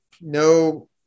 No